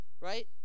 right